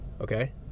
okay